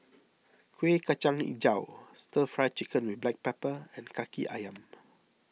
Kuih Kacang HiJau Stir Fry Chicken with Black Pepper and Kaki Ayam